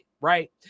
right